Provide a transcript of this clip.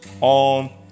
on